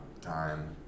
time